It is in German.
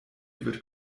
wird